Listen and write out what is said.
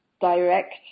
direct